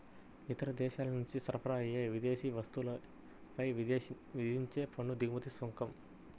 ఇతర దేశాల నుంచి సరఫరా అయ్యే విదేశీ వస్తువులపై విధించే పన్ను దిగుమతి సుంకం